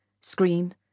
Screen